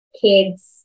kids